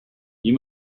you